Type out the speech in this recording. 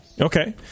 Okay